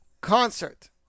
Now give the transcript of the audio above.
concert